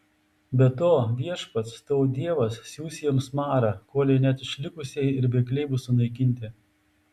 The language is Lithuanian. be to viešpats tavo dievas siųs jiems marą kolei net išlikusieji ir bėgliai bus sunaikinti